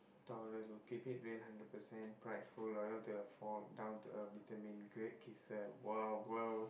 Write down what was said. Taurus will keep it real hundred percent prideful loyal to a fault down-to-earth determined great kisser !wow! !wow!